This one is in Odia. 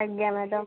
ଆଜ୍ଞା ମ୍ୟାଡ଼ାମ